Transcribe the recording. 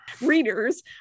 readers